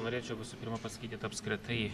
norėčiau visų pirma pasakyti kad apskritai